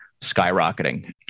skyrocketing